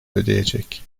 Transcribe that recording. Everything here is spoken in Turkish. ödeyecek